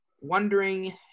wondering